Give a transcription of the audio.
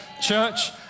church